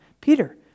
Peter